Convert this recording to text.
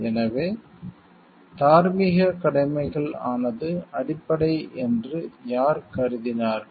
எனவே தார்மீக கடமைகள் ஆனது அடிப்படை என்று யார் கருதினார்கள்